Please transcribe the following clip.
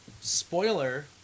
spoiler